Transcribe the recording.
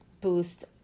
boost